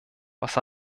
was